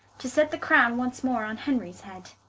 to set the crowne once more on henries head,